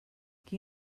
qui